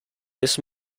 this